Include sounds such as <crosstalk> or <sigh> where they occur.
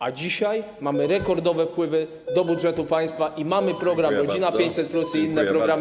A dzisiaj mamy rekordowe wpływy <noise> do budżetu państwa i mamy program „Rodzina 500+” i inne programy.